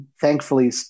thankfully